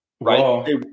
right